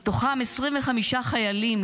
מתוכם 25 הם חיילים,